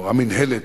או המינהלת,